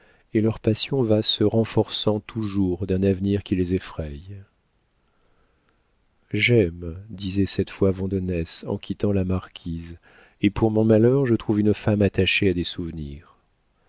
et leur passion va se renforçant toujours d'un avenir qui les effraie j'aime disait cette fois vandenesse en quittant la marquise et pour mon malheur je trouve une femme attachée à des souvenirs